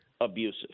abusive